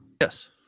Yes